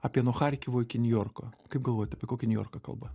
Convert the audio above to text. apie nuo charkivo iki niujorko kaip galvojat apie kokį niujorką kalba